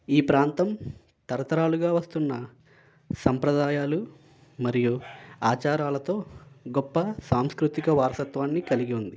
ఈ ప్రాంతం తరతరాలుగా వస్తున్న సంప్రదాయాలు మరియు ఆచారాలతో గొప్ప సాంస్కృతిక వారసత్వాన్ని కలిగి ఉంది